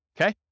Okay